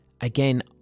Again